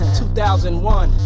2001